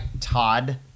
Todd